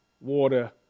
water